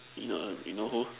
you know you know who